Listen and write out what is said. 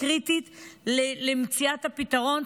וקריטית מציאת הפתרון,